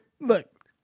Look